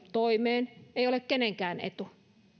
toimeen ei ole kenenkään etu